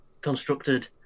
constructed